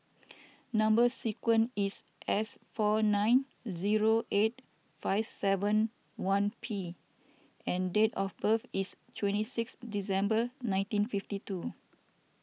Number Sequence is S four nine zero eight five seven one P and date of birth is twenty six December nineteen fifty two